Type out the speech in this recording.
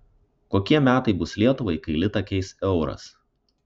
kokie metai bus lietuvai kai litą keis euras